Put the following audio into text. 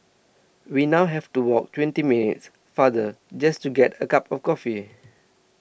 we now have to walk twenty minutes farther just to get a cup of coffee